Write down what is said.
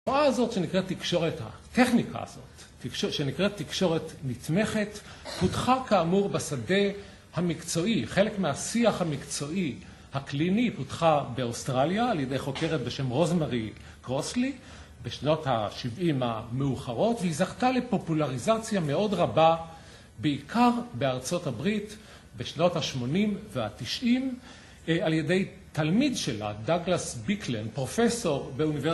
התנועה הזאת, שנקראת תקשורת, הטכניקה הזאת, שנקראת תקשורת נתמכת, פותחה כאמור בשדה המקצועי, חלק מהשיח המקצועי הקליני, היא פותחה באוסטרליה, על ידי חוקרת בשם רוזמרי קרוסלי, בשנות ה-70 המאוחרות, והיא זכתה לפופולריזציה מאוד רבה, בעיקר בארצות הברית, בשנות ה-80 וה-90, על ידי תלמיד שלה, דגלס ביקלן, פרופסור באוניברסיטה.